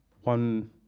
one